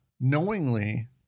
knowingly